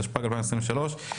התשפ"ג-2023.